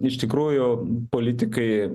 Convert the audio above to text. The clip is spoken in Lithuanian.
iš tikrųjų politikai